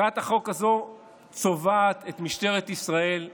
הצעת החוק הזו צובעת את משטרת ישראל בצבע,